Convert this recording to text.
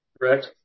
Correct